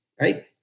right